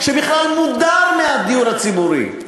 שבכלל מודר מהדיור הציבורי.